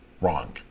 wrong